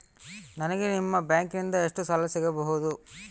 ನನಗ ನಿಮ್ಮ ಬ್ಯಾಂಕಿನಿಂದ ಎಷ್ಟು ಸಾಲ ಸಿಗಬಹುದು?